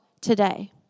today